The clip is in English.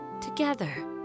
together